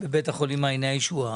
בבית החולים מעייני הישועה.